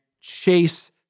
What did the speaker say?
chase